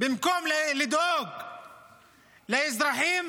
במקום לדאוג לאזרחים